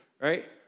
right